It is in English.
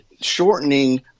shortening